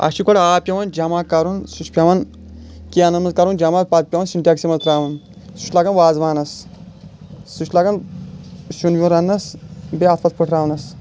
اسہِ چھُ گۄڈے آب پیوان جمع کَرُن سُہ چھُ پیٚوان کینن منٛز کَرُن جمع پَتہٕ پیٚوان سِنٹیکسس منٛز ترٛاوُن سُہ چھُ لَگان وازٕوانس سُہ چھُ لَگان سِیُن وِیُن رنٕنس بیٚیہِ اتھٕ وتھٕ پٔٹراونس